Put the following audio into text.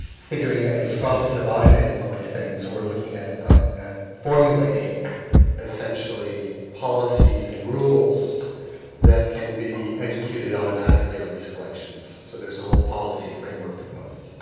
figuring, in the process of automating all these things we are looking at at formulating essentially policies and rules that can be executed automatically on these collections so there is a whole policy frame work component.